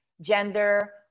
gender